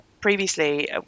previously